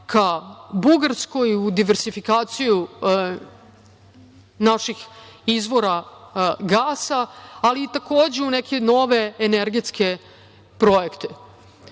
ka Bugarskoj u diversifikaciju naših izvora gasa, ali takođe, u neke nove energetske projekte. To